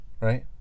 Right